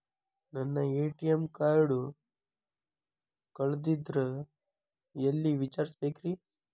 ನನ್ನ ATM card ಕಳದದ್ರಿ ಎಲ್ಲಿ ವಿಚಾರಿಸ್ಬೇಕ್ರಿ?